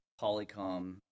Polycom